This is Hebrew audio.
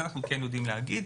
את זה אנחנו כן יודעים להגיד.